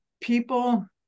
people